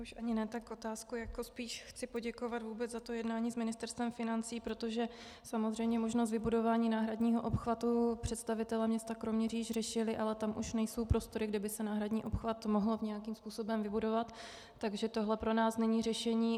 Už ani ne tak otázku, jako spíš chci poděkovat vůbec za to jednání s Ministerstvem financí, protože samozřejmě možnost vybudování náhradního obchvatu představitelé města Kroměříž řešili, ale tam už nejsou prostory, kde by se náhradní obchvat mohl nějakým způsobem vybudovat, takže tohle pro nás není řešení.